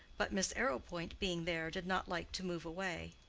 but miss arrowpoint being there did not like to move away.